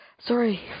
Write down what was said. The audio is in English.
Sorry